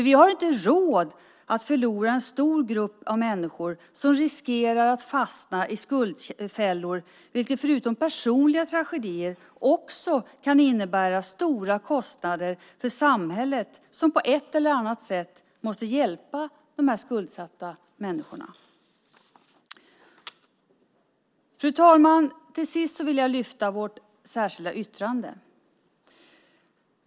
Vi har inte råd med att en stor grupp människor riskerar att fastna i skuldfällor, vilket förutom personliga tragedier också kan innebära stora kostnader för samhället som på ett eller annat sätt måste hjälpa dessa skuldsatta människor. Fru talman! Till sist vill jag lyfta fram vårt särskilda yttrande.